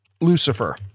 Lucifer